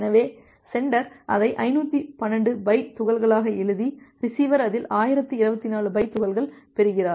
எனவே சென்டர் அதை 512 பைட் துகள்களாக எழுதி ரிசீவர் அதில் 1024 பைட்டு துகள்கள் பெறுகிறார்